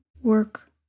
work